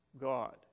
God